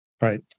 Right